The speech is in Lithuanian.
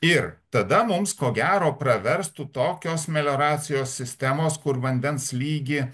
ir tada mums ko gero praverstų tokios melioracijos sistemos kur vandens lygį